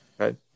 Okay